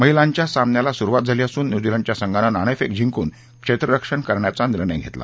महिलांच्या सामन्याला सुरुवात झाली असून न्यूझीलॅंडच्या संघानं नाणेफेक जिंकून क्षेत्ररक्षण करण्याचा निर्णय धेतला